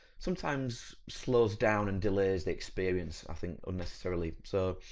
sometimes slows down and delays the experience i think unnecessarily so.